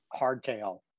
hardtail